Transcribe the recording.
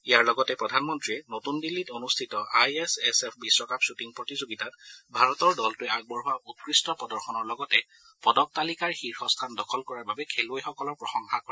ইয়াৰ লগতে প্ৰধানমন্ত্ৰীয়ে নতুন দিল্লীত অনুষ্ঠিত আই এছ এছ এফ বিশ্বকাপ খুটিং প্ৰতিযোগিতাত ভাৰতৰ দলটোৱে আগবঢ়োৱা উৎকৃষ্ট প্ৰদৰ্শনৰ লগতে পদক তালিকাৰ শীৰ্ষস্থান দখল কৰাৰ বাবে খেলুৱৈসকলৰ প্ৰসংশা কৰে